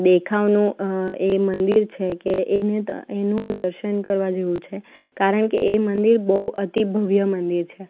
દેખાવનું એ મંદિર છે કે એને ત એનું દર્શન કરવા જેવું છે કારણ કે એ મંદિર બહુ અતિ ભવ્ય મંદિર છે